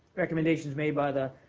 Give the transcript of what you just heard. recommendations made by the